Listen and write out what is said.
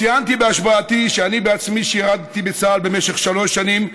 ציינתי בהשבעתי שאני בעצמי שירתי בצה"ל במשך שלוש שנים,